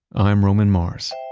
i'm roman mars.